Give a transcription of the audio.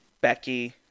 Becky